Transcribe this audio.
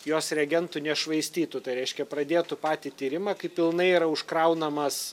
jos reagentų nešvaistytų tai reiškia pradėtų patį tyrimą kai pilnai yra užkraunamas